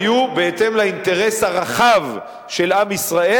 היו בהתאם לאינטרס הרחב של עם ישראל